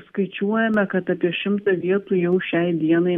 skaičiuojame kad apie šimtą vietų jau šiai dienai